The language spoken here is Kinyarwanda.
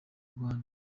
rwanda